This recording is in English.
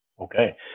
Okay